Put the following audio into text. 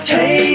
Hey